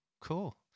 Cool